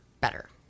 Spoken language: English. better